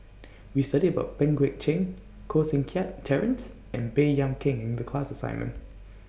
We studied about Pang Guek Cheng Koh Seng Kiat Terence and Baey Yam Keng in The class assignment